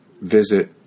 visit